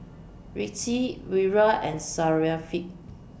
Rizqi Wira and Syafiqah